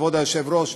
כבוד היושב-ראש,